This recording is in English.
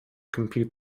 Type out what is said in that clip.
compute